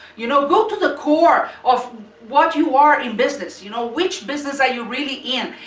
you know, go to the core of what you are in business. you know, which business are you really in?